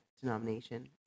denomination